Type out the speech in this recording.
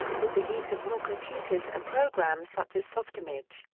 with the use of more computers and programs such as softimage,